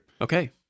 Okay